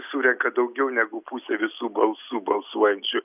surenka daugiau negu pusė visų balsų balsuojančių